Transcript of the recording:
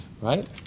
Right